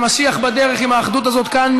המשיח בדרך עם האחדות הזאת כאן.